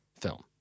film